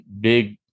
big